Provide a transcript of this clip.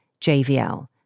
JVL